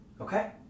Okay